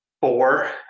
four